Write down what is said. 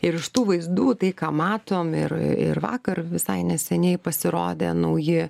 ir iš tų vaizdų tai ką matom ir ir vakar visai neseniai pasirodė nauji